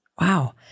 Wow